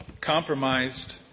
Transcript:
compromised